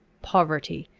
poverty,